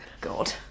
God